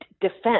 defense